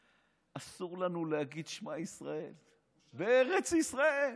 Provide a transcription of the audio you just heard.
אסור לנו להגיד "שמע ישראל" בארץ ישראל.